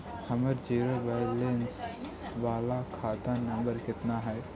हमर zero balance बाला खाता नम्बर कितना है?